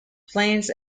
plains